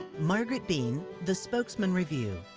margaret bean, the spokesman review.